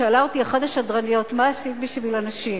ושאלה אותי אחת השדרניות: מה עשית בשביל הנשים?